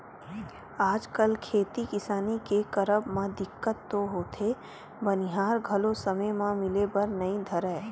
आजकल खेती किसानी के करब म दिक्कत तो होथे बनिहार घलो समे म मिले बर नइ धरय